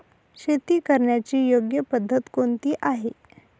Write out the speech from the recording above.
शेती करण्याची योग्य पद्धत कोणती आहे?